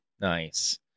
Nice